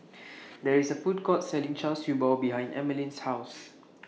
There IS A Food Court Selling Char Siew Bao behind Emmaline's House